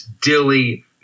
dilly